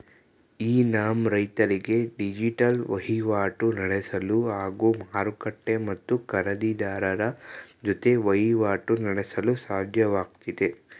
E NAM ರೈತರಿಗೆ digital ವಹಿವಾಟು ನಡೆಸಲು ಹಾಗೂ ಮಾರುಕಟ್ಟೆ ಮತ್ತು ಖರೀದಿರಾರರ ಜೊತೆ ವಹಿವಾಟು ನಡೆಸಲು ಸಾಧ್ಯವಾಗ್ತಿದೆ